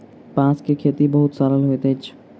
बांस के खेती बहुत सरल होइत अछि